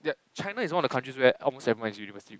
and China is one of the country where almost everyone is University